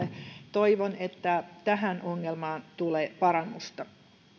toivon että tähän ongelmaan tulee parannusta